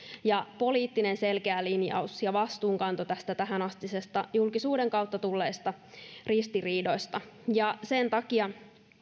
ja selkeä poliittinen linjaus ja vastuunkanto näistä tähänastisista julkisuuden kautta tulleista ristiriidoista sen takia